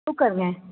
உட்காருங்க